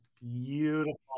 Beautiful